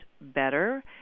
better